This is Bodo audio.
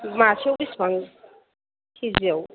मासेआव बिसिबां केजियाव